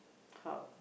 how